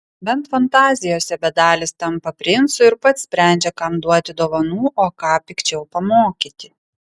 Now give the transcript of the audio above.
bent fantazijose bedalis tampa princu ir pats sprendžia kam duoti dovanų o ką pikčiau pamokyti